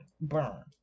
burn